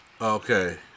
Okay